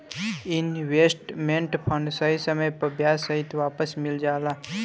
investment fund सही समय पर ब्याज सहित वापस मिल जाला